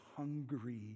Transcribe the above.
hungry